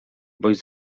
boś